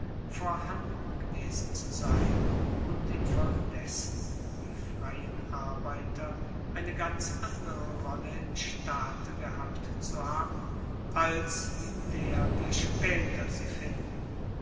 vorhanden gewesen zu sein und infolgedessen die freien arbeiter eine ganz andere rolle im staate gehabt zu haben als in der wir spaeter sie finden